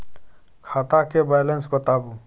खाता के बैलेंस बताबू?